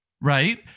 right